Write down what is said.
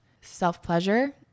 self-pleasure